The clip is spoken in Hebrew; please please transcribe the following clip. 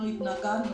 התנגדנו